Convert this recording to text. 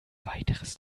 weiteres